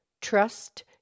Trust